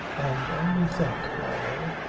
and only think, marlow,